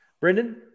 Brendan